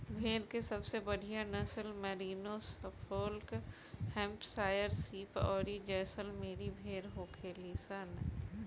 भेड़ के सबसे बढ़ियां नसल मैरिनो, सफोल्क, हैम्पशायर शीप अउरी जैसलमेरी भेड़ होखेली सन